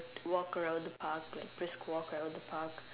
walk around the park like brisk walk around the park